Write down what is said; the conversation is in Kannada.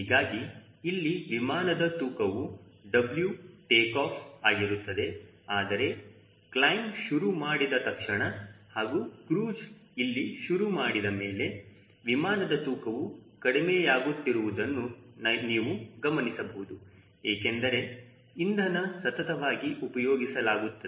ಹೀಗಾಗಿ ಇಲ್ಲಿ ವಿಮಾನದ ತೂಕವು W ಟೇಕಾಫ್ ಆಗಿರುತ್ತದೆ ಆದರೆ ಕ್ಲೈಮ್ ಶುರು ಮಾಡಿದ ತಕ್ಷಣ ಹಾಗೂ ಕ್ರೂಜ್ ಇಲ್ಲಿ ಶುರು ಮಾಡಿದಮೇಲೆ ವಿಮಾನದ ತೂಕವು ಕಡಿಮೆಯಾಗುತ್ತಿರುವುದನ್ನು ನೀವು ಗಮನಿಸಬಹುದು ಏಕೆಂದರೆ ಇಂಧನ ಸತತವಾಗಿ ಉಪಯೋಗಿಸಲಾಗುತ್ತದೆ